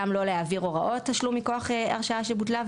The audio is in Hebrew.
גם לא להעביר הוראות תשלום מכוח הרשאה שבוטלה,